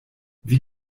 wie